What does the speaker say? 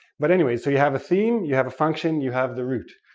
but anyway, so you have a theme, you have a function, you have the root.